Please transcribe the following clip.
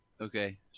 Okay